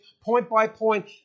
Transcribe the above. point-by-point